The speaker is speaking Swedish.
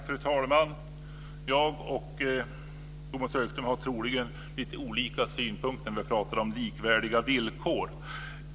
Fru talman! Jag och Tomas Högström har troligen lite olika syn på likvärdiga villkor.